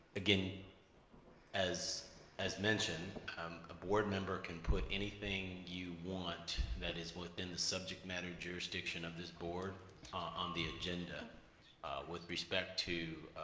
again as as mentioned a board member can put anything you want that is within the subject matter jurisdiction of this board on the agenda with respect to